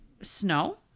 snow